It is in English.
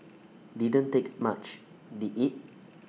didn't take much did IT